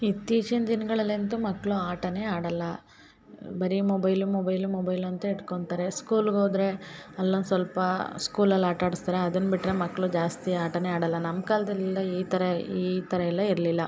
ಇತ್ತೀಚಿನ ದಿನ್ಗಳಲೆಂತು ಮಕ್ಕಳು ಆಟನೆ ಆಡಲ್ಲ ಬರಿ ಮೊಬೈಲು ಮೊಬೈಲು ಮೊಬೈಲು ಅಂತ ಸ್ಕೂಲ್ಗೆ ಹೋದ್ರೆ ಅಲ್ಲೊಂದು ಸ್ವಲ್ಪ ಸ್ಕೂಲಲ್ಲಿ ಆಟ ಆಡಸ್ತಾರೆ ಅದನ್ನ ಬಿಟ್ಟರೆ ಮಕ್ಕಳು ಜಾಸ್ತಿ ಆಟನೆ ಆಡಲ್ಲ ನಮ್ಮ ಕಾಲ್ದಲ್ಲಿ ಇಲ್ಲ ಈ ಥರ ಈ ಥರ ಎಲ್ಲ ಇರಲಿಲ್ಲ